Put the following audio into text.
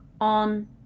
on